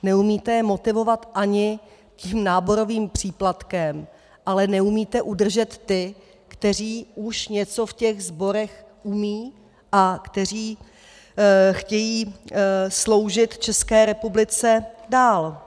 Neumíte je motivovat ani tím náborovým příplatkem, ale neumíte udržet ty, kteří už něco ve sborech umějí a kteří chtějí sloužit České republice dál.